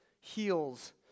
heals